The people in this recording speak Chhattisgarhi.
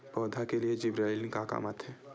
पौधा के लिए जिबरेलीन का काम आथे?